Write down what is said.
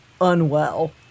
unwell